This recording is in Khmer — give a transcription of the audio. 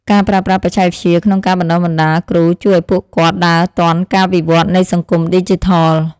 ការប្រើប្រាស់បច្ចេកវិទ្យាក្នុងការបណ្តុះបណ្តាលគ្រូជួយឱ្យពួកគាត់ដើរទាន់ការវិវត្តនៃសង្គមឌីជីថល។